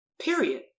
period